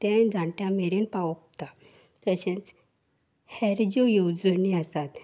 ते जाणट्या मेरेन पावता तशेंच हेर ज्यो येवजणी आसात